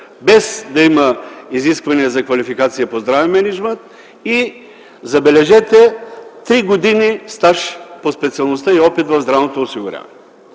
без изисквания за квалификация по здравен мениджмънт, и, забележете, 3 години стаж по специалността и опит в здравното осигуряване.